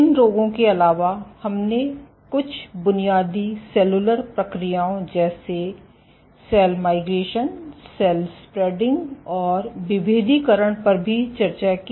इन रोगों के अलावा हमने कुछ बुनियादी सेलुलर प्रक्रियाओं जैसे सेल माइग्रेशन सेल स्प्रेडिंग और विभेदीकरण पर भी चर्चा की